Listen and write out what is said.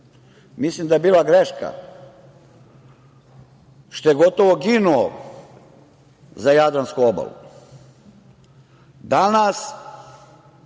Mislim da je bila greška što je gotovo ginuo za jadransku obalu. Danas